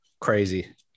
crazy